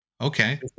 Okay